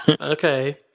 Okay